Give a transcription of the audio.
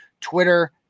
Twitter